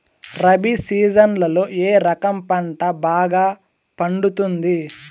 రబి సీజన్లలో ఏ రకం పంట బాగా పండుతుంది